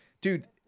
Dude